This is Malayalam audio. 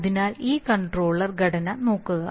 അതിനാൽ ഈ കൺട്രോളർ ഘടന നോക്കുക